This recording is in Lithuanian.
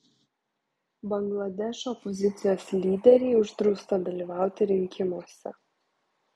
bangladešo opozicijos lyderei uždrausta dalyvauti rinkimuose